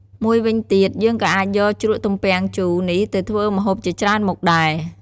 មួយវិញទៀត យើងក៏អាចយកជ្រក់ទំពាំងជូរនេះទៅធ្វើម្ហូបជាច្រើនមុខដែរ។